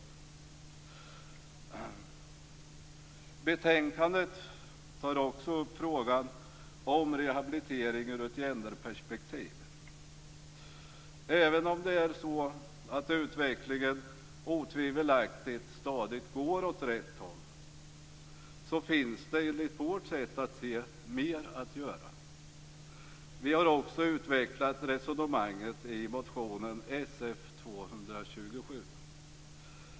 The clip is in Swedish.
I betänkandet tas också upp frågan om rehabilitering ur ett gender-perspektiv. Även om utvecklingen otvivelaktigt stadigt går åt rätt håll finns det enligt vårt sätt att se mer att göra. Vi har utvecklat resonemanget i motion Sf227.